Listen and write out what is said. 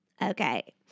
Okay